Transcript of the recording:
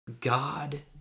God